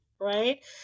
Right